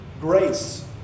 grace